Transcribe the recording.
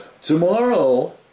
tomorrow